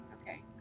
Okay